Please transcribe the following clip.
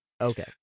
Okay